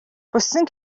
хүссэн